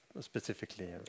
specifically